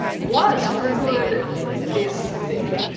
what could this be?